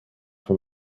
from